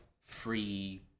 free